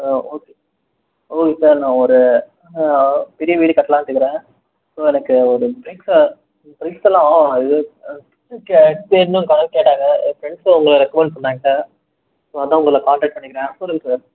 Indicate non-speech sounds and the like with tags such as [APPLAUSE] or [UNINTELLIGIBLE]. ஆ okay okay sir நான் ஒரு பெரிய வீடு கட்டலான்னு இருக்கிறேன் ஸோ எனக்கு ஒரு ப்ரிக்ஸ்ஸு ப்ரிக்ஸெல்லாம் இது [UNINTELLIGIBLE] என்ன கலர் கேட்டாங்க என் ஃப்ரெண்ட்ஸ் உங்களை ரெக்கமண்ட் பண்ணாங்க சார் ஸோ அதான் உங்களை கான்டக்ட் பண்ணியிருக்கேன் சொல்லுங்கள் சார்